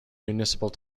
municipal